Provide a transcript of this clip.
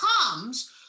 comes